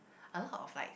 a lot of lights